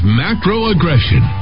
macro-aggression